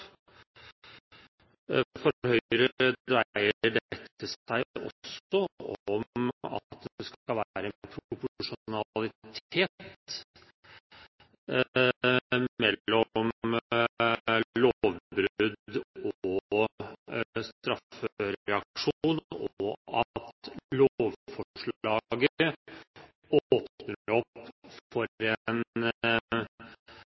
For Høyre dreier dette seg også om at det skal være en proporsjonalitet mellom lovbrudd og straffereaksjon, og at lovforslaget åpner opp for